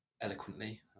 eloquently